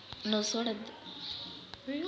అందురూ ఇంజనీరై కూసుంటే తిండి గింజలెట్టా ఒస్తాయి